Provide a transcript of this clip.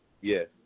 Yes